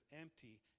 empty